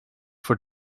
for